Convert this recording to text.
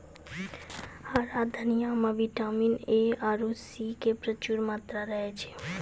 हरा धनिया मॅ विटामिन ए आरो सी के प्रचूर मात्रा रहै छै